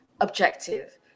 objective